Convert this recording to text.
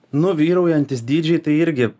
nu vyraujantys dydžiai tai irgi